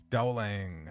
Dowling